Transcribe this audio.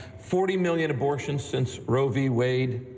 forty million abortions since roe v. wade.